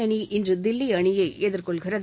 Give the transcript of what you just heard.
அணி இன்று தில்லி அணியை எதிர்கொள்கிறது